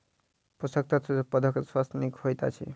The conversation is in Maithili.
पोषक तत्व सॅ पौधा के स्वास्थ्य नीक होइत अछि